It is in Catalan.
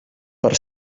per